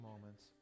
moments